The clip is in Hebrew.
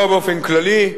אומר באופן כללי,